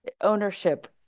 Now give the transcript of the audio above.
Ownership